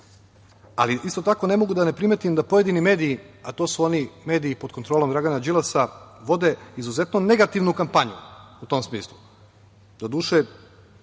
tako ne mogu da ne primetim da pojedini mediji, a to su oni mediji pod kontrolom Dragana Đilasa, vode izuzetno negativnu kampanju u tom smislu. Doduše,